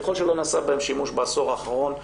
ככל שלא נעשה בהם שימוש בעשור האחרון,